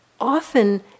often